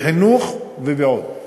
בחינוך ועוד.